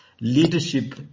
leadership